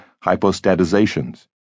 hypostatizations